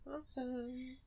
awesome